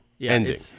ending